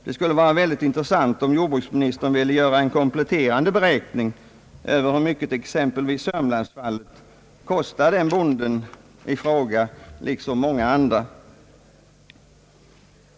Det skulle vara mycket intressant om jordbruksministern ville göra en kompletterande beräkning över hur mycket exempelvis sörmlandsfallet kostar bonden i fråga liksom många andra.